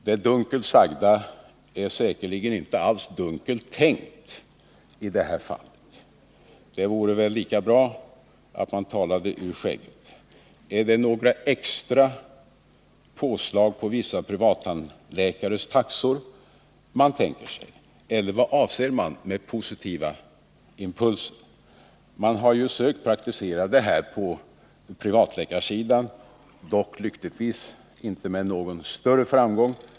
Det dunkelt sagda är säkerligen inte alls dunkelt tänkt i det här fallet. Det vore väl lika bra att man talade ur skägget. Är det några extra påslag på vissa privattandläkares taxor man tänker sig, eller vad avser man med positiva impulser? Man har försökt praktisera det systemet på privatläkarsidan, dock lyckligtvis inte med någon större framgång.